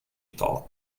thought